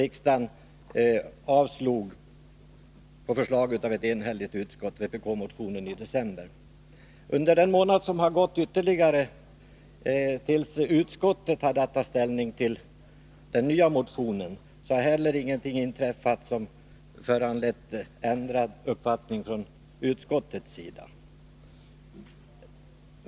Inte heller under den ytterligare månad som förflutit sedan utskottet hade att ta ställning till den nya motionen har någonting inträffat som föranlett ändrad uppfattning från utskottets sida.